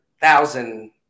thousand